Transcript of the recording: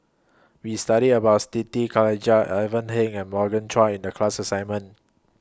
We studied about Siti Khalijah Ivan Heng and Morgan Chua in The class assignment